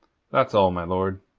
that's all, my lord.